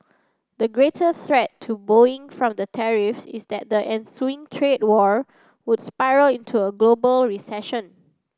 the greater threat to Boeing from the tariffs is that the ensuing trade war would spiral into a global recession